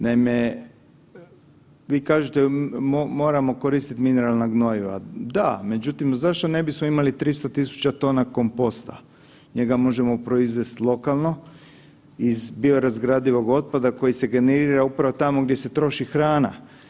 Naime, vi kažete moramo koristit mineralna gnojiva, da, međutim, zašto ne bismo imali 300 000 tona komposta, njega možemo proizvest lokalno iz biorazgradivog otpada koji se generira upravo tamo gdje se troši hrana.